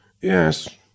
Yes